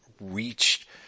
reached